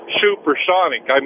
supersonic